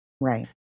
right